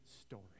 story